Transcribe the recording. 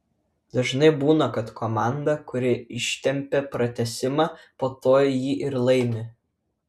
dažnai būna kad komanda kuri ištempią pratęsimą po to jį ir laimi